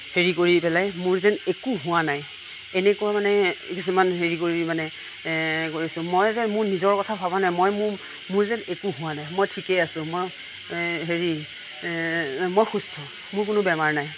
হেৰি কৰি পেলাই মোৰ যেন একো হোৱা নাই এনেকুৱা মানে কিছুমান হেৰি কৰি মানে এনে কৰিছোঁ মই যে মোৰ নিজৰ কথা ভবা নাই মই মোৰ মোৰ যেন একো হোৱা নাই মই ঠিকেই আছোঁ মই হেৰি মই সুস্থ মোৰ কোনো বেমাৰ নাই